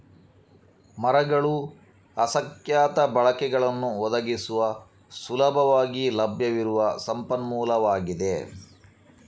ಮರಗಳು ಅಸಂಖ್ಯಾತ ಬಳಕೆಗಳನ್ನು ಒದಗಿಸುವ ಸುಲಭವಾಗಿ ಲಭ್ಯವಿರುವ ಸಂಪನ್ಮೂಲವಾಗಿದೆ